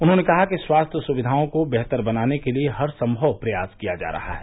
उन्होंने कहा कि स्वास्थ्य सुविधाओं को बेहतर बनाने के लिये हर सम्भव प्रयास किया जा रहा है